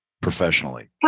professionally